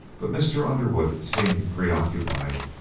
but mr. underwood seemed preoccupied,